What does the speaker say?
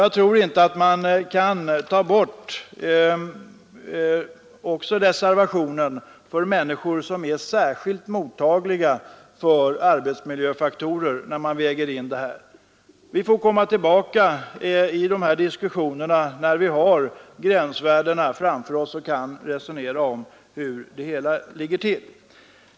Jag tror inte man kan bortse från reservationen att det finns människor som är särskilt mottagliga för arbetsmiljöfaktorer, när man gör den här avvägningen. Vi får komma tillbaka till detta när vi har gränsvärdena klarlagda och kan resonera om hur det hela ligger till.